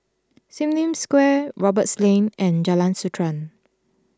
Sim Lim Square Roberts Lane and Jalan Sultan